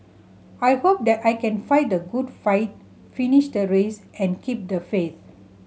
I hope that I can fight the good fight finish the race and keep the faith